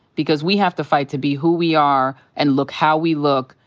because we have to fight to be who we are, and look how we look,